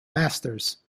masters